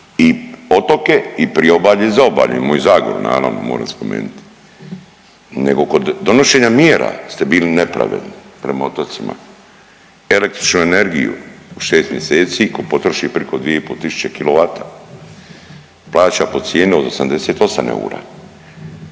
i otoke i priobalje i zaobalje i moju zagoru naravno moram spomenuti, nego kod donošenja mjera ste bili nepravedni prema otocima, električnu energiju u 6 mjeseci ko potroši priko 2,5 tisuće kWh plaća po cijeni od 88 eura,